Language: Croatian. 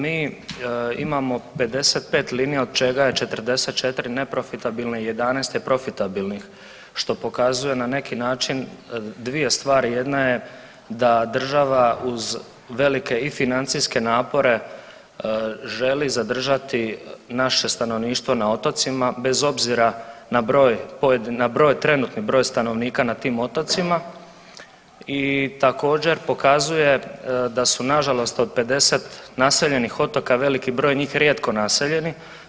Mi imamo 55 linija od čega je 44 neprofitabilnih, 11 je profitabilnih što pokazuje na neki način dvije stvari, jedna je da država uz velike i financijske napore želi zadržati naše stanovništvo na otocima bez obzira na trenutni broj stanovnika na tim otocima i također pokazuje da su nažalost od 50 naseljenih otoka veliki broj njih rijetko naseljeni.